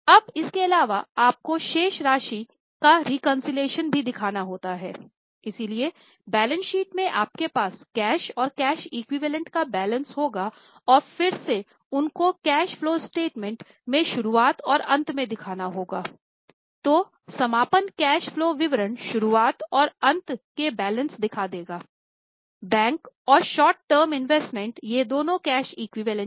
अब इसके अलावा आपको शेष राशि का रेकन्सीलिएशन हैं